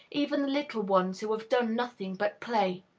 even the little ones who have done nothing but play.